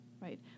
right